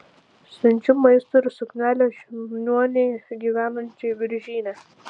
siunčiu maisto ir suknelę žiniuonei gyvenančiai viržyne